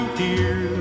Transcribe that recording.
dear